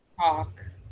talk